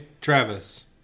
Travis